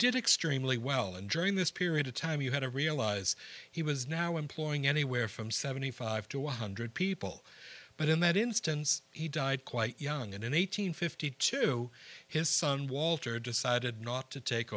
did extremely well and during this period of time you had to realize he was now employing anywhere from seventy five to one hundred people but in that instance he died quite young and in eight hundred and fifty to his son walter decided not to take